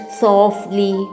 softly